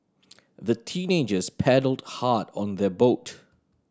the teenagers paddled hard on their boat